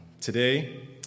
today